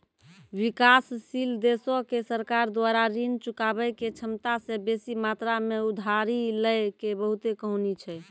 विकासशील देशो के सरकार द्वारा ऋण चुकाबै के क्षमता से बेसी मात्रा मे उधारी लै के बहुते कहानी छै